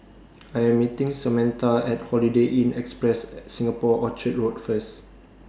I Am meeting Samatha At Holiday Inn Express Singapore Orchard Road First